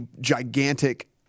gigantic